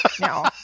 No